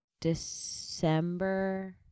December